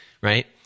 right